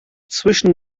zwischen